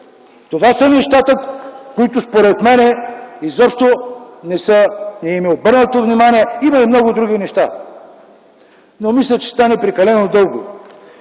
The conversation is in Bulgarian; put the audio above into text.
Това са нещата, на които според мен не е обърнато внимание. Има и много други неща, но мисля, че ще стане прекалено дълго.